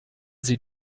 sie